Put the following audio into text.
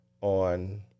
on